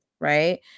right